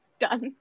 done